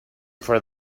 for